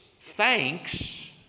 thanks